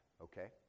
okay